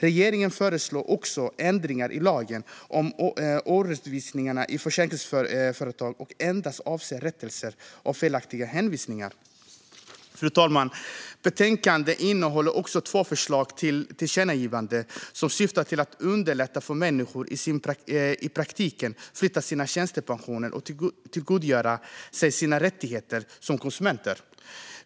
Regeringen föreslår också ändringar i lagen om årsredovisning i försäkringsföretag som endast avser rättelser av felaktiga hänvisningar. Fru talman! Betänkandet innehåller också två förslag till tillkännagivanden som syftar till att underlätta för människor att i praktiken flytta sina tjänstepensioner och tillgodogöra sig sina rättigheter som konsumenter.